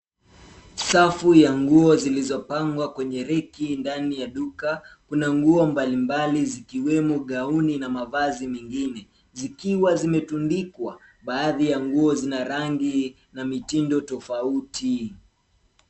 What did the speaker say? Safu ya nguo zilizopangwa kwenye reki ndani ya duka. Kuna nguo mbalimbali zikiwemo gauni na mavazi mengine zikiwa zimetundikwa baadhi ya nguo zina rangi na mitindo tofauti.